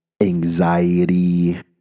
anxiety